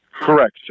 correct